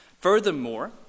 Furthermore